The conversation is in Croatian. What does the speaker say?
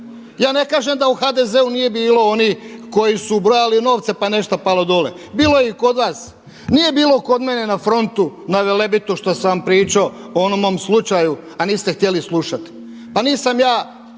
Ja ne kažem da u HDZ-u nije bilo onih koji su brojali novce pa je nešto palo dolje, bilo je i kod vas, nije bilo kod mene na frontu na Velebitu što sam vam pričao o onom mom slučaju a niste htjeli slušati. Pa nisam ja,